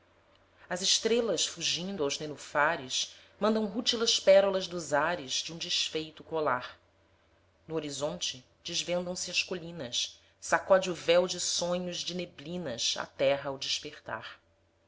as estrelas fugindo aos nenufares mandam rútilas pérolas dos ares de um desfeito colar no horizonte desvendam se as colinas sacode o véu de sonhos de neblinas a terra ao despertar